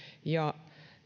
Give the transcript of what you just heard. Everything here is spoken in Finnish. ja